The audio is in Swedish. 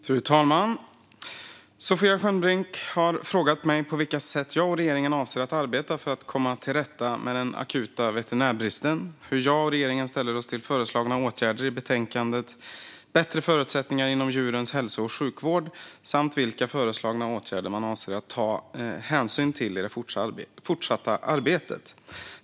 Fru talman! Sofia Skönnbrink har frågat mig på vilka sätt jag och regeringen avser att arbeta för att komma till rätta med den akuta veterinärbristen, hur jag och regeringen ställer oss till föreslagna åtgärder i betänkandet Bättre förutsättningar inom djurens hälso och sjukvård samt vilka föreslagna åtgärder vi avser att ta hänsyn till i det fortsatta arbetet.